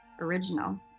original